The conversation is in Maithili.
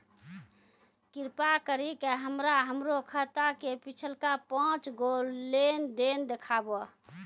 कृपा करि के हमरा हमरो खाता के पिछलका पांच गो लेन देन देखाबो